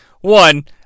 One